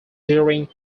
during